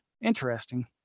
interesting